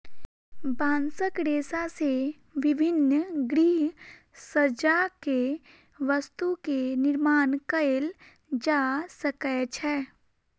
बांसक रेशा से विभिन्न गृहसज्जा के वस्तु के निर्माण कएल जा सकै छै